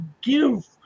give